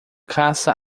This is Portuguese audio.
caça